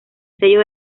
sello